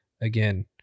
again